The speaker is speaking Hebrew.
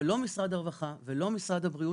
אבל לא משרד הרווחה ולא משרד הבריאות